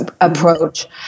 approach